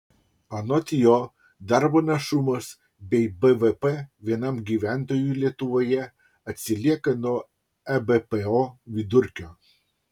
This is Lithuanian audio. anot jo darbo našumas bei bvp vienam gyventojui lietuvoje atsilieka nuo ebpo vidurkio